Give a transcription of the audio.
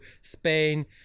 Spain